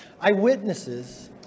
Eyewitnesses